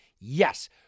Yes